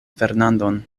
fernandon